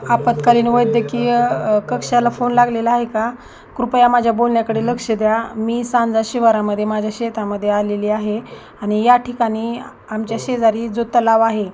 आपत्कालीन वैद्यकीय कक्षाला फोन लागलेला आहे का कृपया माझ्या बोलण्या्याकडे लक्ष द्या मी सांजा शिवारामध्ये माझ्या शेतामध्ये आलेली आहे आणि या ठिकाणी आमच्या शेजारी जो तलाव आहे